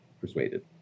persuaded